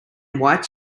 white